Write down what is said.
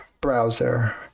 Browser